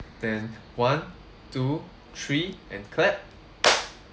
then one two three and clap